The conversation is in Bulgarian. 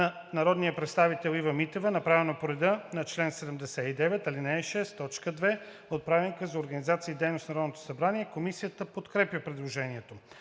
на народния представител Ива Митева, направено по реда на чл. 79, ал. 6, т. 2 от Правилника за организацията и дейността на Народното събрание. Комисията подкрепя предложението.